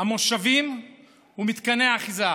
המושבים ומתקני האחיזה.